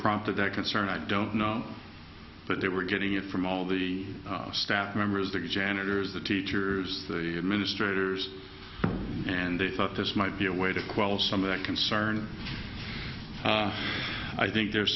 prompted that concern i don't know but they were getting it from all the staff members big janitors the teachers administrators and they thought this might be a way to quell some of that concern i think there's